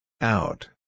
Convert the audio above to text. Out